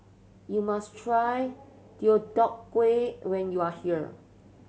you must try Deodeok Gui when you are here